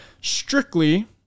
strictly